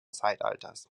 zeitalters